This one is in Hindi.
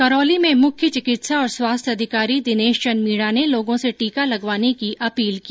करौली में मख्य चिकित्सा और स्वास्थ्य अधिकारी दिनेशचंद मीणा ने लोगों से टीका लगवाने की अपील की